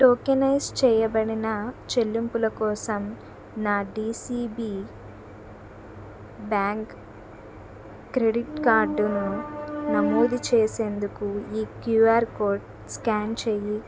tokenise చేయబడిన చెల్లింపుల కోసం నా డిసిబి బ్యాంక్ క్రెడిట్ కార్డును నమోదు చేసేందుకు ఈ క్యూఆర్ కోడ్ స్కాన్ చెయ్యి